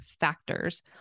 factors